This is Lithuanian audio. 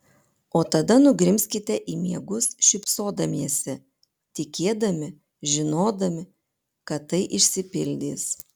o tada nugrimzkite į miegus šypsodamiesi tikėdami žinodami kad tai išsipildys